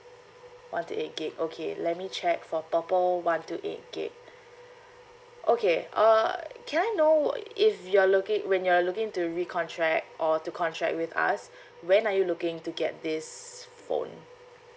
one two eight gig okay let me check for purple one two eight gig okay uh can I know if you're looking when you're looking to recontract or to contract with us when are you looking to get this phone